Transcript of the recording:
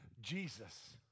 Jesus